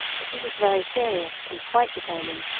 if he was very serious and quite determined,